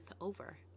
over